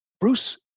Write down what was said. Bruce